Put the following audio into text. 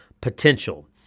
potential